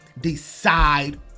decide